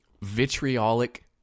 vitriolic